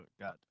God